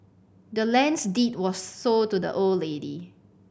the land's deed was sold to the old lady